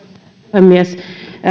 puhemies